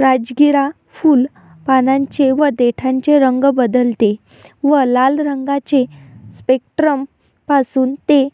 राजगिरा फुल, पानांचे व देठाचे रंग बदलते व लाल रंगाचे स्पेक्ट्रम पासून ते